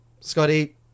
Scotty